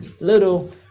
little